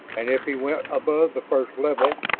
and if he went above the first level,